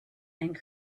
and